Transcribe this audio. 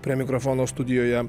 prie mikrofono studijoje